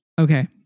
Okay